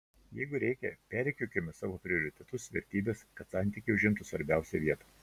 jeigu reikia perrikiuokime savo prioritetus vertybes kad santykiai užimtų svarbiausią vietą